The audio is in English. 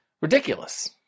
Ridiculous